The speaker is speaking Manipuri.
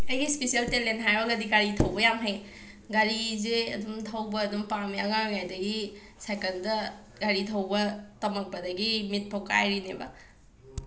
ꯑꯩꯒꯤ ꯁ꯭ꯄꯤꯁꯦꯜ ꯇꯦꯂꯦꯟ ꯍꯥꯏꯌꯣꯔꯒꯗꯤ ꯒꯥꯔꯤ ꯊꯧꯕ ꯌꯥꯝ ꯍꯩ ꯒꯥꯔꯤꯁꯦ ꯑꯗꯨꯝ ꯊꯧꯕ ꯑꯗꯨꯝ ꯄꯥꯝꯃꯦ ꯑꯉꯥꯡ ꯑꯣꯏꯔꯤꯉꯩꯗꯒꯤ ꯁꯥꯏꯀꯜꯗ ꯒꯥꯔꯤ ꯊꯧꯕ ꯇꯃꯛꯄꯗꯒꯤ ꯃꯤꯠꯐꯧ ꯀꯥꯏꯔꯤꯅꯦꯕ